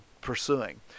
pursuing